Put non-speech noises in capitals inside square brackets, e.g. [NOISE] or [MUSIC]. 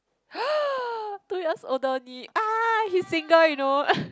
[NOISE] two years older only ah he's single you know [LAUGHS]